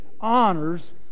honors